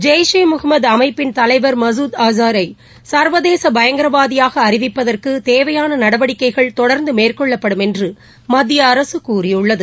ஜெய் ஷே முகமதுஅமைப்பின் தலைவர் மகுத் ஆசாரைச்வதேசபயங்கரவாதியாகஅறிவிப்பதற்குதேவையானநடவடிக்கைகள் தொடர்ந்துமேற்கொள்ளப்படும் என்றுமத்தியஅரசுகூறியுள்ளது